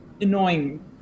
annoying